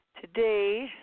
Today